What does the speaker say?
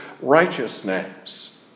righteousness